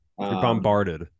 bombarded